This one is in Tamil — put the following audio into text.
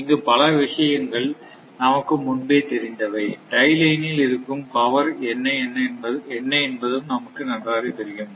இங்கு பல விஷயங்கள் நமக்கு முன்பே தெரிந்தவை டை லைனில் இருக்கும் பவர் என்ன என்பதும் நமக்கு நன்றாக தெரியும்